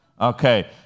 Okay